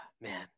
Man